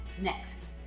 Next